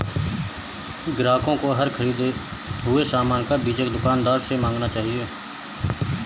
ग्राहकों को हर ख़रीदे हुए सामान का बीजक दुकानदार से मांगना चाहिए